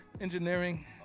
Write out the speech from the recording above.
engineering